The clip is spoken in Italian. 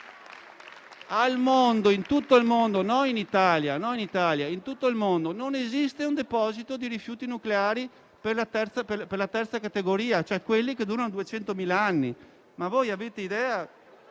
il mondo, non solo in Italia, non esiste un deposito di rifiuti nucleari della terza categoria, cioè quelli che durano 200.000 anni. Avete idea